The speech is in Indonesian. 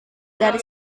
dari